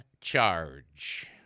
charge